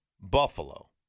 Buffalo